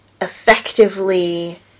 effectively